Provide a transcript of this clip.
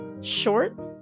Short